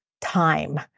time